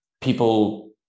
people